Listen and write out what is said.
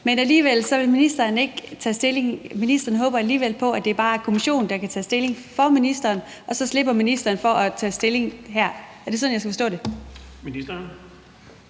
Men alligevel vil ministeren ikke tage stilling. Ministeren håber alligevel på, at det bare er Kommissionen, der kan tage stilling for ministeren, og så slipper ministeren for at tage stilling her. Er det sådan, jeg skal forstå det?